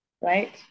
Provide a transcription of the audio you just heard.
right